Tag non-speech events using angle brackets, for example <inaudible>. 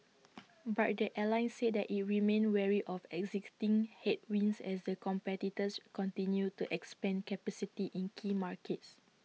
<noise> but the airline said that IT remained wary of existing headwinds as the competitors continue to expand capacity in key markets